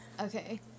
Okay